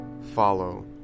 follow